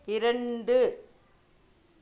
இரண்டு